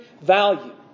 value